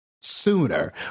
sooner